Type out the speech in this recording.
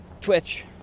Twitch